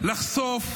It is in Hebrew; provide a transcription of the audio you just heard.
לחשוף,